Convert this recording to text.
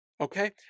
Okay